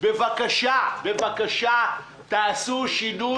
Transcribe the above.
בבקשה, בבקשה תעשו שידוד